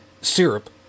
syrup